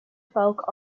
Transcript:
folk